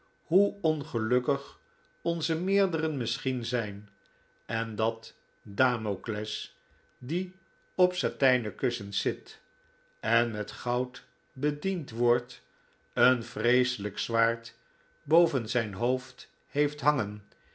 hoe ongelukkig onze meerderen misschien zijn en dat damocles die op satijnen kussens zit en met goud bediend wordt een vreeselijk zwaard boven zijn hoofd heeft hangen